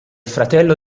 fratello